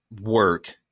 work